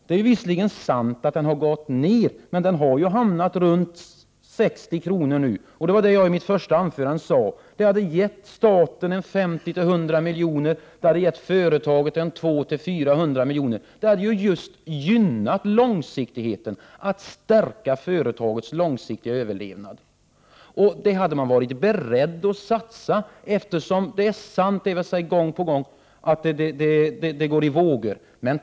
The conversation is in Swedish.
Det är visserligen sant att aktien har gått ner, men den ligger nu runt 60 kronor. Det var det jag i mitt första anförande sade. En sådan emissionskurs hade gett staten ytterligare 50 —- 100 miljoner, och företaget 200 — 400 miljoner. Det hade gynnat och stärkt företagets långsiktiga överlevnad. Det hade man varit beredd att satsa, eftersom det är sant — det har jag sagt gång på gång — att lönsamheten går i vågor.